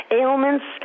ailments